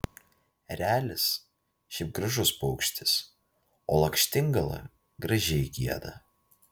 erelis šiaip gražus paukštis o lakštingala gražiai gieda